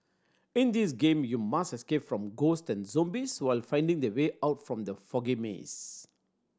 in this game you must escape from ghost and zombies while finding the way out from the foggy maze